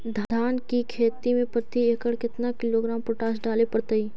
धान की खेती में प्रति एकड़ केतना किलोग्राम पोटास डाले पड़तई?